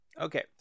Okay